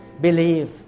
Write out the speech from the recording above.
Believe